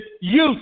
youth